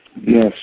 Yes